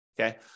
okay